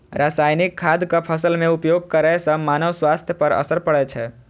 रासायनिक खादक फसल मे उपयोग करै सं मानव स्वास्थ्य पर असर पड़ै छै